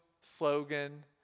slogan